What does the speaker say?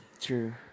True